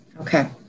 Okay